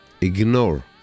ignore